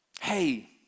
hey